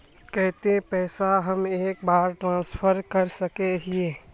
केते पैसा हम एक बार ट्रांसफर कर सके हीये?